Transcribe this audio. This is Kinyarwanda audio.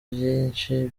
byinshi